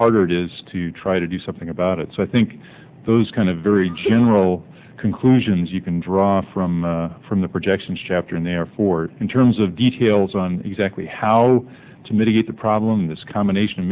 harder it is to try to do something about it so i think those kind of very general conclusions you can draw from from the projections chapter and therefore in terms of details on exactly how to mitigate the problem this combination of